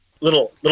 little